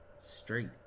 Straight